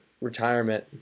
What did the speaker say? Retirement